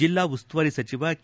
ಜಿಲ್ಲಾ ಉಸ್ತುವಾರಿ ಸಚಿವ ಕೆ